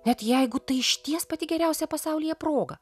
net jeigu tai išties pati geriausia pasaulyje proga